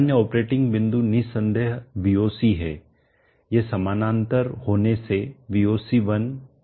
अन्य ऑपरेटिंग बिंदु निसंदेह VOC है ये समानांतर होने से VOC1 VOC2 VOC है